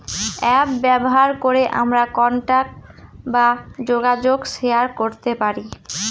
app ব্যবহার করে আমরা কন্টাক্ট বা যোগাযোগ শেয়ার করতে পারি